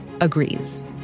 agrees